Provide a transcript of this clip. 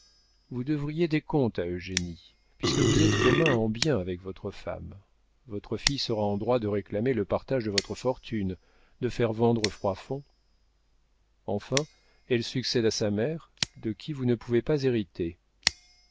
vous devriez des comptes à eugénie puisque vous êtes commun en biens avec votre femme votre fille sera en droit de réclamer le partage de votre fortune de faire vendre froidfond enfin elle succède à sa mère de qui vous ne pouvez pas hériter